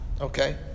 Okay